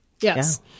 Yes